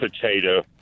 potato